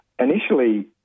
Initially